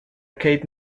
kate